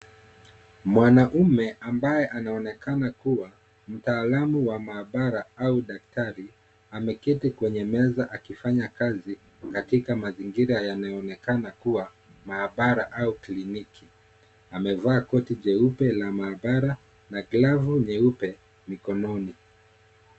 Mwanaume ambao anaonekana kuwa mtaalamu wa mahabara au daktari ameketi kwenye meza akifanya kazi katika mazingira ya yanayoonekana kuwa mahabara au clinic. . Amevaa koti jeupe la mahabara na na gloves nyeupe mkononi.